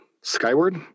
Skyward